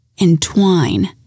entwine